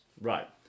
Right